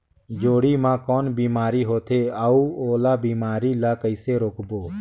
जोणी मा कौन बीमारी होथे अउ ओला बीमारी ला कइसे रोकबो?